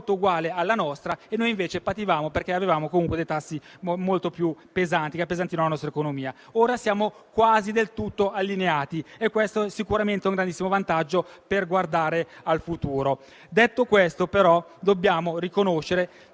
mentre noi pativamo, per averne di molto più elevati, che appesantivano la nostra economia. Ora siamo quasi del tutto allineati e questo è sicuramente un grandissimo vantaggio per guardare al futuro. Detto questo, però, dobbiamo riconoscere che